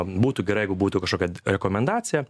būtų gerai jeigu būtų kažkokia rekomendacija